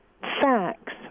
facts